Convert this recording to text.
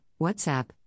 WhatsApp